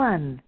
One